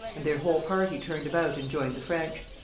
and their whole party turned about and joined the french.